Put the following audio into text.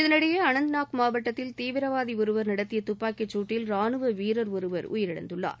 இதனிடையே அனந்த்நாக் மாவட்டத்தில் தீவிரவாதி ஒருவர் நடத்திய துப்பாக்கி சூட்டில் ரானுவ வீரர் ஒருவர் உயிரிழந்துள்ளார்